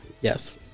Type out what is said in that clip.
Yes